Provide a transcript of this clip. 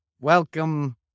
welcome